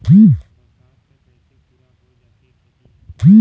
बरसात तक अइसे पुरा हो जाथे खेती ह